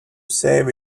save